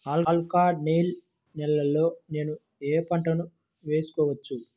Alkaline నేలలో నేనూ ఏ పంటను వేసుకోవచ్చు?